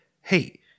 Hey